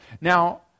Now